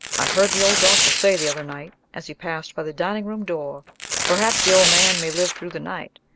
i heard the old doctor say the other night, as he passed by the dining-room door perhaps the old man may live through the night,